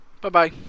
bye-bye